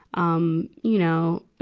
um, you know,